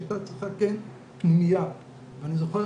היא הייתה צריכה פנימייה ואני זוכר